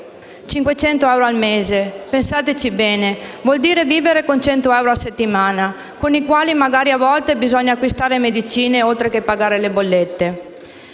500 euro al mese vuol dire vivere con 100 euro a settimana, con cui a volte bisogna acquistare medicine, oltre che pagare le bollette.